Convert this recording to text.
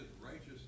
righteousness